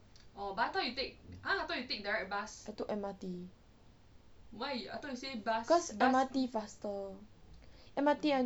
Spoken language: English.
I took M_R_T cause M_R_T faster M_R_T